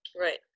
Right